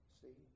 see